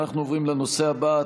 אנחנו עוברים לנושא הבא,